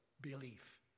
belief